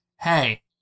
hey